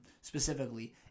specifically